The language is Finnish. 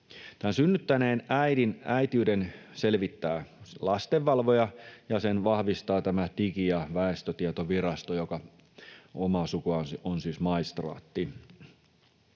synnyttäneen äidin äitiyden selvittää lastenvalvoja, ja sen vahvistaa Digi- ja väestötietovirasto, joka omaa sukuaan on siis maistraatti.